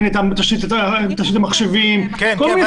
מחשבים וכו'.